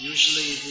Usually